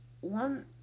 one